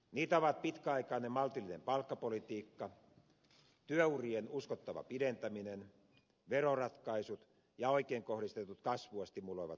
niitä ovat pitkäaikainen maltillinen palkkapolitiikka työurien uskottava pidentäminen veroratkaisut ja oikein kohdistetut kasvua stimuloivat ratkaisut